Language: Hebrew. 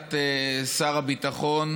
בהנחיית שר הביטחון